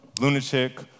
lunatic